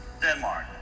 Denmark